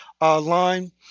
line